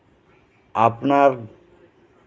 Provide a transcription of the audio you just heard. ᱟᱯᱱᱟᱨ